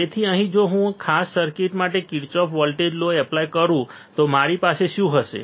તેથી અહીં જો હું આ ખાસ સર્કિટ માટે કિર્ચોફ વોલ્ટેજ લો એપ્લાય કરું તો મારી પાસે શું હશે